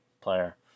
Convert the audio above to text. player